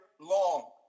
long